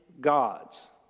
gods